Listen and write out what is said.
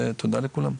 ותודה לכולם.